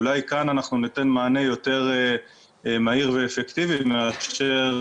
אולי כאן ניתן מענה יותר מהיר ואפקטיבי מאשר